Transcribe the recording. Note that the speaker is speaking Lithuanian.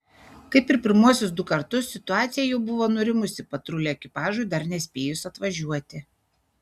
kaip ir pirmuosius du kartus situacija jau buvo nurimusi patrulių ekipažui dar nespėjus atvažiuoti